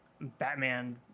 Batman